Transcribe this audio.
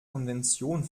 konvention